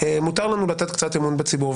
מותר לנו לתת קצת אמון בציבור.